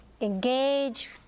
engage